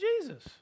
Jesus